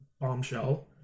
Bombshell